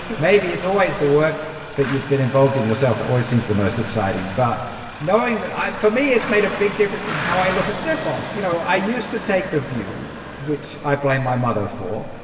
maybe it's always the work that you've been involved in yourself that always seems the most exciting. but knowing that i for me, it's made a big difference in how i look at xephos. you know, i used to take the view, which i blame my mother for,